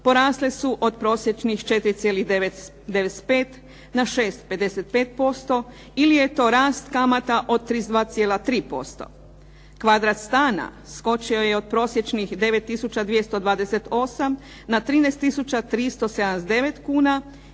porasle su od prosječnih 4,95 na 6,55% ili je to rast kamata od 32,3%. Kvadrat stana skočio je od prosječnih 9228 na 13379 kuna